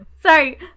Sorry